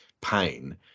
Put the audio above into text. pain